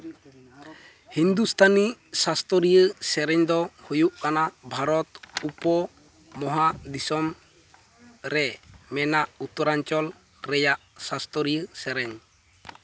ᱦᱤᱱᱫᱩᱥᱛᱷᱟᱱᱤ ᱥᱟᱥᱛᱚᱨᱤᱭᱟᱹ ᱥᱮᱨᱮᱧ ᱫᱚ ᱦᱩᱭᱩᱜ ᱠᱟᱱᱟ ᱵᱷᱟᱨᱚᱛ ᱩᱯᱚ ᱢᱚᱦᱟᱫᱤᱥᱚᱢ ᱨᱮ ᱢᱮᱱᱟᱜ ᱩᱛᱛᱚᱨᱟᱧᱪᱚᱞ ᱨᱮᱭᱟᱜ ᱥᱟᱥᱛᱚᱨᱤᱭᱟᱹ ᱥᱮᱨᱮᱧ